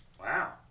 Wow